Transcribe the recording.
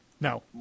No